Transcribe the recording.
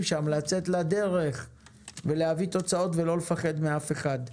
שם לצאת לדרך ולהביא תוצאות ולא לפחד מאף אחד.